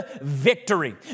victory